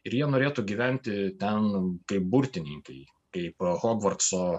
ir jie norėtų gyventi ten kaip burtininkai kaip hogvartso